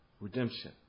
redemption